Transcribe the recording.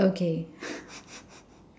okay